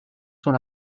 sont